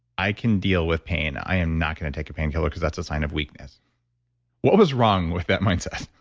i can deal with pain. i am not going to take a painkiller because that's a sign of weakness what was wrong with that mindset?